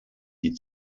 die